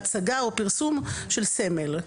הצגה או פרסום של סמל".